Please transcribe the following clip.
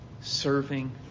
serving